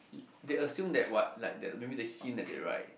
they assume that what like the maybe the hint that they write